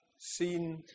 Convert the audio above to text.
seen